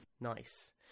Nice